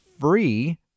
free